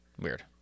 Weird